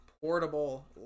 portable